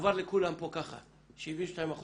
עבר לכולם פה ככה, 72%